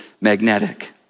magnetic